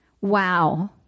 Wow